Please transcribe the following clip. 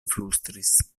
flustris